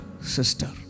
sister